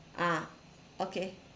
ah okay